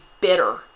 bitter